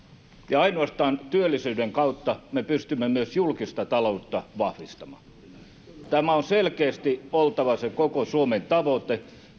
ainoastaan työllisyyden kautta me pystymme julkista taloutta vahvistamaan tämän on selkeästi oltava se koko suomen tavoite